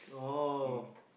oh